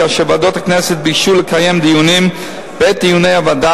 כאשר ועדות הכנסת ביקשו לקיים דיונים בעת דיוני הוועדה